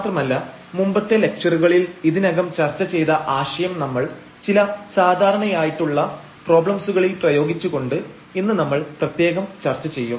മാത്രമല്ല മുമ്പത്തെ ലക്ച്ചറുകളിൽ ഇതിനകം ചർച്ച ചെയ്ത ആശയം നമ്മൾ ചില സാധാരണയായിട്ടുള്ള പ്രോബ്ലംസുകളിൽ പ്രയോഗിച്ചുകൊണ്ട് ഇന്ന് നമ്മൾ പ്രത്യേകം ചർച്ച ചെയ്യും